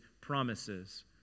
promises